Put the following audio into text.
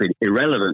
irrelevant